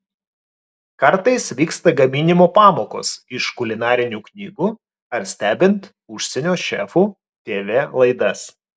kartais vyksta gaminimo pamokos iš kulinarinių knygų ar stebint užsienio šefų tv laidas